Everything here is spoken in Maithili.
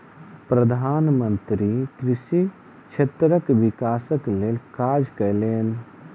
प्रधान मंत्री कृषि क्षेत्रक विकासक लेल काज कयलैन